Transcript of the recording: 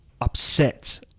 upset